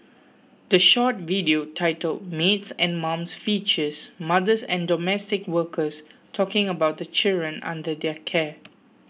the short video titled Maids and Mums features mothers and domestic workers talking about the children under their care